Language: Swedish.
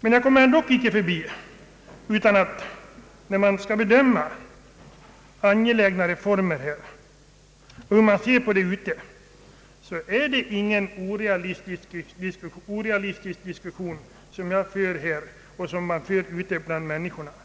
Men jag kommer ändå inte förbi att det är fel att säga att det är en orealistisk diskussion som jag här för och som förs ute bland människorna, när